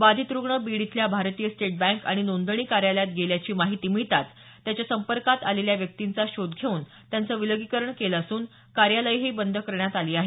बाधित रूग्ण बीड इथल्या भारतीय स्टेट बँक आणि नोंदणी कार्यालयात गेल्याची माहिती मिळताच त्याच्या संपर्कात आलेल्या व्यक्तींचा शोध घेऊन त्यांचं विलगीकरण केलं असून कार्यालयंही बंद करण्यात आली आहेत